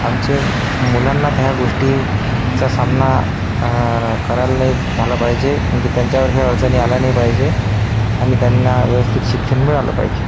आमचे मुलांना तर ह्या गोष्टीचा सामना करायला नाही झाला पाहिजे म्हणजे त्यांच्यावर हे अडचणी आल्या नाही पाहिजे आणि त्यांना व्यवस्थित शिक्षण मिळालं पाहिजे